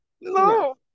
no